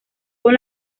con